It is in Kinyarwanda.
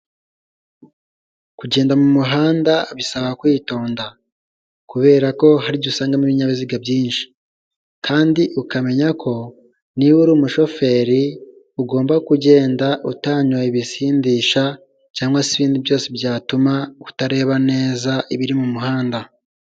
Kugenda mu muhanda bisaba kwitonda, kubera ko hari igihe usangamo ibinyabiziga byinshi kandi ukamenya ko niba uri umushoferi, ugomba kugenda utanyoye ibisindisha cyangwa se ibindi byose byatuma utareba neza ibiri mu muhanda.